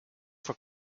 for